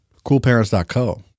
Coolparents.co